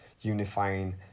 unifying